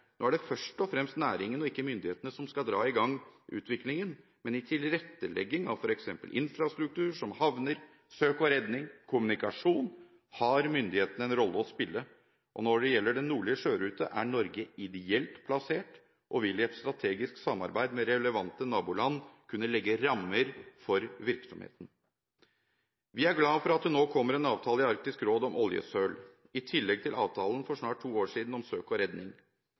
Nå er det først og fremst næringen og ikke myndighetene som skal dra i gang utviklingen, men i tilrettelegging av f.eks. infrastruktur som havner, søk og redning og kommunikasjon har myndighetene en rolle å spille. Når det gjelder den nordlige sjørute, er Norge ideelt plassert og vil i et strategisk samarbeid med relevante naboland kunne legge rammer for virksomheten. Vi er glad for at det nå kommer en avtale i Arktisk råd om oljesøl, i tillegg til avtalen for snart to år siden om søk og redning.